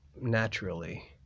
naturally